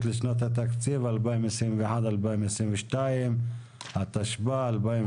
היו פה דיונים מעניינים ביותר נושא התחדשות